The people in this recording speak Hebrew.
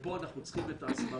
ופה אנחנו צריכים את ההסברה.